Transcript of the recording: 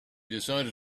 decided